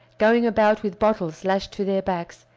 going about with bottles lashed to their backs,